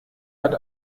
hat